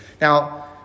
Now